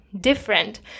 different